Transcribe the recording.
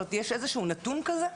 האם יש איזשהו נתון כזה?